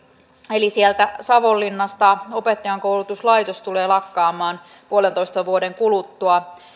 eli sieltä savonlinnasta opettajankoulutuslaitos tulee lakkaamaan puolentoista vuoden kuluttua